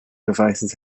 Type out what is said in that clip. devices